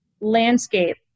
landscape